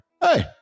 Hey